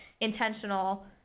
intentional